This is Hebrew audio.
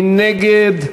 מי נגד?